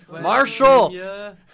Marshall